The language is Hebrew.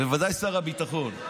בוודאי שר הביטחון,